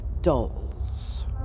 dolls